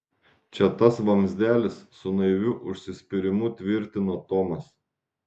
čia tas vamzdelis su naiviu užsispyrimu tvirtino tomas